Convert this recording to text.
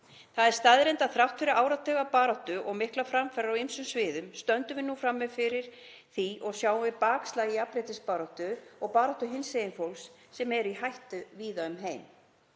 Það er staðreynd að þrátt fyrir áratugabaráttu og miklar framfarir á ýmsum sviðum stöndum við nú frammi fyrir því og sjáum bakslag í jafnréttisbaráttu og baráttu hinsegin fólks sem er í hættu víða um heim.